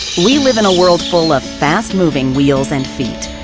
we live in a world full of fast moving wheels and feet.